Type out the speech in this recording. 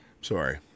sorry